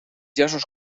llaços